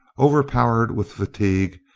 overpowered with fatigue,